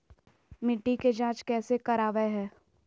मिट्टी के जांच कैसे करावय है?